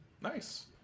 Nice